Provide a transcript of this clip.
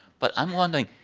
but i am wondering,